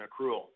accrual